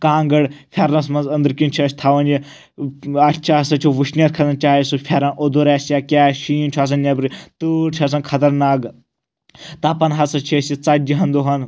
کانٛگٕر پَھیٚرنَس منٛز أنٛدٕر کِنۍ چھِ اسہِ تھاوان یہِ اَسہِ چھِ ہسا چھُ وٕشنِیَر کھَسَان چاہے سُہ پَھیٚرَن اوٚدُر آسہِ یا کیٛاہ شیٖن چھُ آسَان نؠبرٕ تۭر چھِ آسَان خطرناک تَپَان ہسا چھِ أسۍ یہِ ژتجِہَن دۄہَن